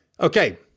Okay